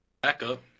backup